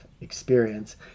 experience